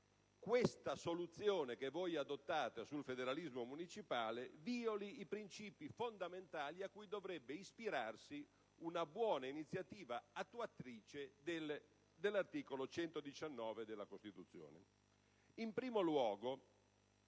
che la soluzione da voi adottata sul federalismo municipale vìoli i princìpi fondamentali cui dovrebbe ispirarsi una buona iniziativa attuatrice dell'articolo 119 della Costituzione.